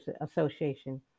Association